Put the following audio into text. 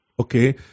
Okay